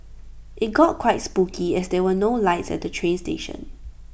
IT got quite spooky as there were no lights at the train station